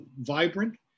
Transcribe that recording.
vibrant